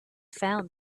found